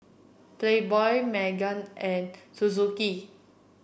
Playboy Megan and Suzuki